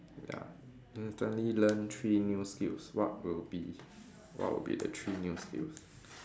ya instantly learn three new skills what will be what will be the three new skills